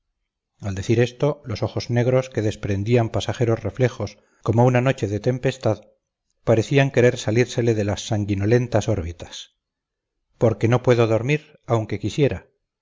al decir esto los ojos negros que despedían pasajeros reflejos como una noche de tempestad parecían querer salírsele de las sanguinolentas órbitas porque no puedo dormir aunque quisiera